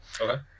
Okay